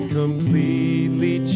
completely